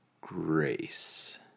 grace